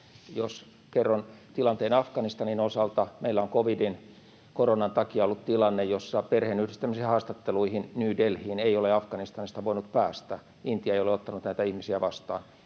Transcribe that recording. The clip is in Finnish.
Jos kerron tilanteen Afganistanin osalta: Meillä on covidin, koronan, takia ollut tilanne, jossa perheenyhdistämisen haastatteluihin New Delhiin ei ole Afganistanista voinut päästä — Intia ei ole ottanut näitä ihmisiä vastaan.